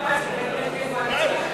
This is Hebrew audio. משטרת ישראל,